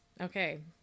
okay